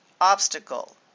obstacle